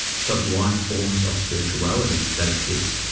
sublime forms of spirituality that exists.